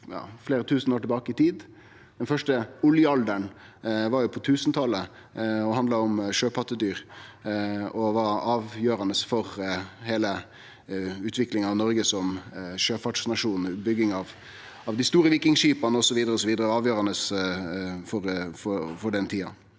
fleire tusen år tilbake i tid. Den første oljealderen var på 1000-talet, handla om sjøpattedyr og var avgjerande for heile utviklinga av Noreg som sjøfartsnasjon og bygging av dei store vikingskipa osv. Det var avgjerande for den tida.